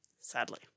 sadly